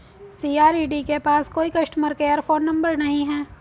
CRED के पास कोई कस्टमर केयर फोन नंबर नहीं है